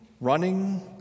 running